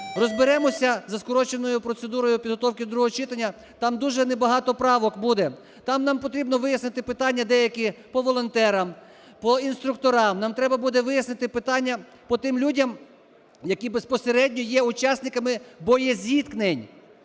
розберемося за скороченою процедурою підготовки другого читання. Там дуже не багато правок буде. Там нам потрібно вияснити питання деякі по волонтерам, по інструкторам. Нам треба буде вияснити питання по тим людям, які безпосередньо є учасниками боєзіткнень,